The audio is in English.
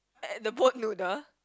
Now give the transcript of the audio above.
at the boat noodle